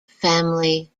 family